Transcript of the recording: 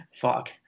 Fuck